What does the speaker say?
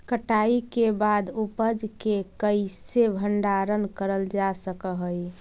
कटाई के बाद उपज के कईसे भंडारण करल जा सक हई?